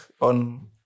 on